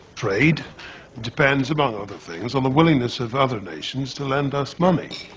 trade depends, among other things, on the willingness of other nations to lend us money